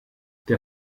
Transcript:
der